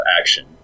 action